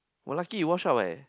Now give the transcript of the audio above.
!wah! lucky you wash up eh